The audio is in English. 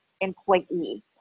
employee